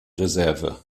reserve